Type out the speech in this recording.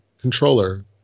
controller